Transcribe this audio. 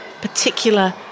particular